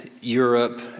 Europe